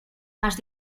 más